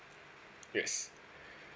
yes